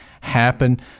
happen